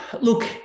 Look